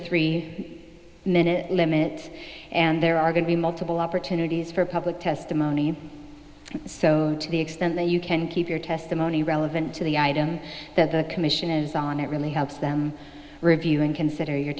three minute limit and there are going to be multiple opportunities for public testimony to the extent that you can keep your testimony relevant to the item that the commission is on it really helps them review and consider your